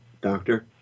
doctor